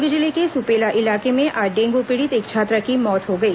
दुर्ग जिले के सुपेला इलाके में आज डेंगू पीड़ित एक छात्रा की मौत हो गई